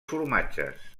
formatges